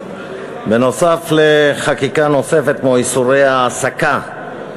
בנוסף לחקיקה נוספת כמו איסורי העסקה,